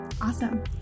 Awesome